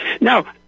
Now